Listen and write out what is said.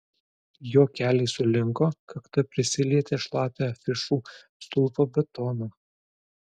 jo keliai sulinko kakta prisilietė šlapią afišų stulpo betoną